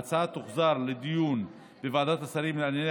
ההצעה תוחזר לדיון בוועדת השרים לענייני